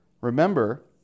remember